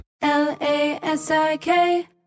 L-A-S-I-K